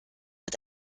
mit